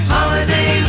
Holiday